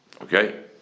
Okay